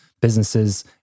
businesses